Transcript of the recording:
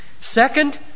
Second